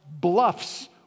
bluffs